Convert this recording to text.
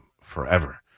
forever